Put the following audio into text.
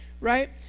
right